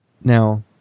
Now